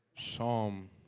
Psalm